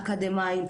אקדמיים,